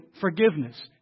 forgiveness